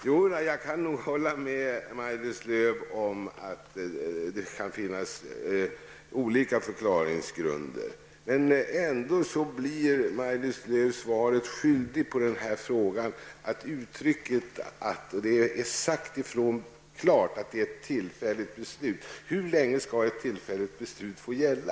Herr talman! Jag kan nog hålla med Maj-Lis Lööw om att det kan finnas olika förklaringsgrunder. Men ändå blir Maj-Lis Lööw svaret skyldig på denna fråga. Och det har klart sagts att det är fråga om ett tillfälligt beslut. Hur länge skall ett tillfälligt beslut få gälla?